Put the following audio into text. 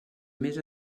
més